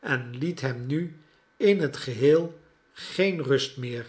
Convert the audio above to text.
en liet hem nu in t geheel geen rust meer